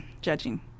judging